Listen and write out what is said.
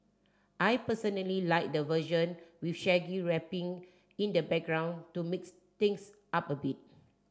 I personally like the version with Shaggy rapping in the background to mix things up a bit